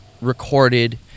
recorded